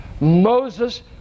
Moses